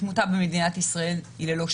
התמותה במדינת ישראל היא ללא שינוי.